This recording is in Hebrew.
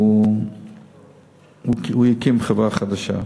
הוא יקים חברה חדשה.